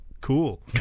Cool